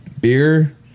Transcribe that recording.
beer